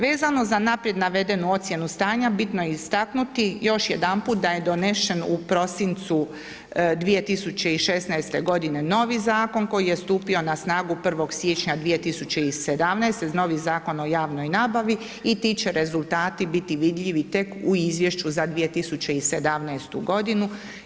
Vezano za naprijed navedenu ocjenu stanja, bitno je istaknuti još jedanput da je donesen u prosincu 2016. novi zakon koji je stupio na snagu 1.1.2017., novi Zakon o javnoj nabavi i ti će rezultati biti vidljivi tek u izvješću za 2017. godinu.